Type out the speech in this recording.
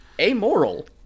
Amoral